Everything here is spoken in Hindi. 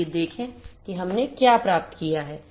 आइए देखें कि हमने क्या प्राप्त किया है